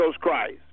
Christ